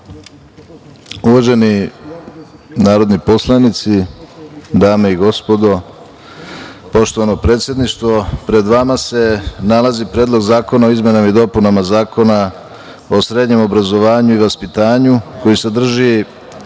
narodni poslanici, dame i gospodo, poštovano predsedništvo, pred vama se nalazi Predlog zakona o izmenama i dopunama Zakona o srednjem obrazovanju i vaspitanju, koji sadrži